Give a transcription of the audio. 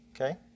okay